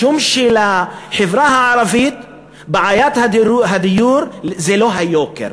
משום שלחברה הערבית בעיית הדיור זה לא היוקר.